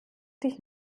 dich